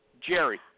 Jerry